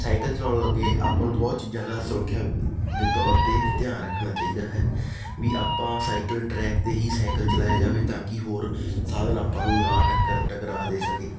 cycle ਚਲਾਉਣ ਲੱਗੇ ਆਪਾਂ ਨੂੰ ਬਹੁਤ ਚੀਜ਼ਾਂ ਦਾ ਸੁਰੱਖਿਆ ਦੇ ਤੌਰ 'ਤੇ ਧਿਆਨ ਰੱਖਣਾ ਚਾਹੀਦਾ ਹੈ ਵੀ ਆਪਾਂ ਸਾਈਕਲ ਟਰੈਕ 'ਤੇ ਹੀ ਸਾਈਕਲ ਚਲਾਇਆ ਜਾਵੇ ਤਾਂ ਕਿ ਹੋਰ ਸਾਧਨ ਆਪਾਂ ਨੂੰ ਨਾ ਟੱਕਰ ਟਕਰਾ ਦੇ ਸਕੇ